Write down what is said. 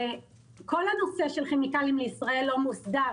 כל הנושא של כימיקלים לישראל לא מוסדר.